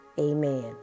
amen